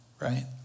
right